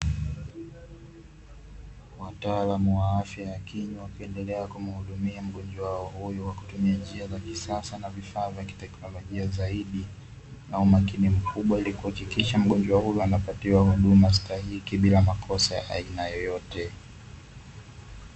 Wataalamu wa afya ya kinywa, wakiendelea kumhudumia mgonjwa wao huyu kwa kutumia njia za kisasa, na vifaa vya kitekinolojia zaidi na umakini mkubwa, ili kuhakikisha mgonjwa huyu anapatiwa huduma stahiki bila makosa yoyote.